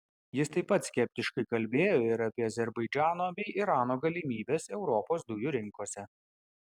jis taip pat skeptiškai kalbėjo ir apie azerbaidžano bei irano galimybes europos dujų rinkose